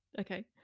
Okay